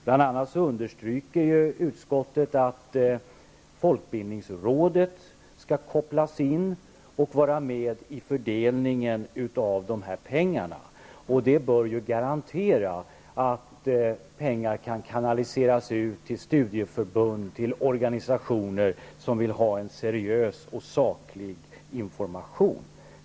Bl.a. understryker utskottet att Folkbildningsrådet skall kopplas in och vara med i fördelningen av pengarna. Det bör garantera att pengar kan kanaliseras ut till studieförbund och andra organisationer som vill ge en seriös och saklig information.